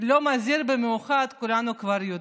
מזהיר במיוחד כולנו כבר יודעים,